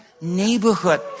neighborhood